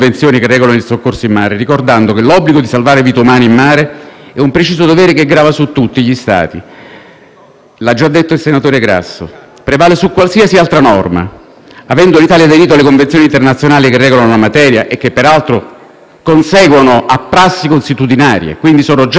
L'ha già detto il senatore Grasso: prevale su qualsiasi altra norma, avendo l'Italia aderito alle convenzioni internazionali che regolano la materia e che, peraltro, conseguono a prassi consuetudinarie. Quindi, sono già, al di là della convenzione, diritto pubblico consuetudinario, quindi